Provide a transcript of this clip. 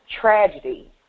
tragedy